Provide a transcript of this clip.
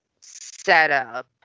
setup